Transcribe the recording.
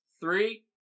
Three